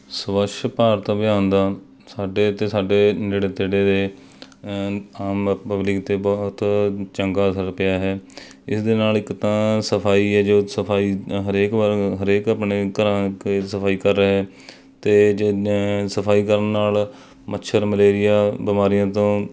ਸਵੱਛ ਭਾਰਤ ਅਭਿਆਨ ਦਾ ਸਾਡੇ ਅਤੇ ਸਾਡੇ ਨੇੜੇ ਤੇੜੇ ਦੇ ਆਮ ਪਬਲਿਕ 'ਤੇ ਬਹੁਤ ਚੰਗਾ ਅਸਰ ਪਿਆ ਹੈ ਇਸ ਦੇ ਨਾਲ ਇੱਕ ਤਾਂ ਸਫਾਈ ਹੈ ਜੋ ਸਫਾਈ ਹਰੇਕ ਵਾਰ ਹਰੇਕ ਆਪਣੇ ਘਰਾਂ ਕੇ ਸਫਾਈ ਕਰ ਰਿਹਾ ਅਤੇ ਜੇ ਨ ਸਫਾਈ ਕਰਨ ਨਾਲ ਮੱਛਰ ਮਲੇਰੀਆ ਬਿਮਾਰੀਆਂ ਤੋਂ